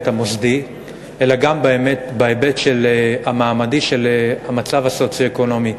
המוסדי אלא גם בהיבט המעמדי של המצב הסוציו-אקונומי.